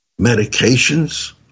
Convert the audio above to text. medications